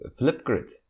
Flipgrid